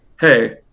hey